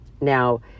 Now